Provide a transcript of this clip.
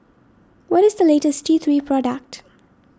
what is the latest T three product